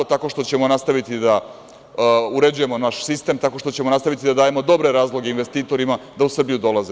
Tako što ćemo nastaviti da uređujemo naš sistem, tako što ćemo nastaviti da dajemo dobre razloge investitorima da u Srbiju dolaze.